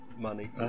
money